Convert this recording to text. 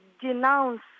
denounce